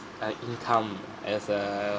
uh income as a